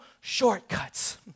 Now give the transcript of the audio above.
shortcuts